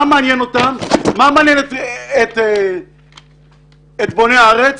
מה מעניין את בוני הארץ?